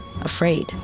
afraid